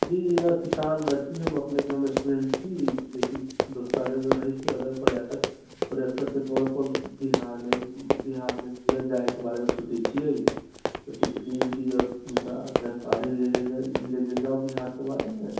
जी जी नहि किसान नहि छी हम अपनेँके हम स्टुडेन्ट छी जेकि दोसरा जगह रहै छी अगर पर्यटकके तौरपर बिहारमे जे जाइके बारेमे सोचै छिए तऽ सोचलिए कि अब जानकारी ले लेल जाइ ले लेल जाउ बिहारके बारेमे